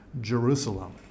Jerusalem